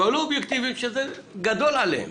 הלא אובייקטיביים, זה גדול עליהם.